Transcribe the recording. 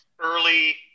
early